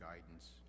guidance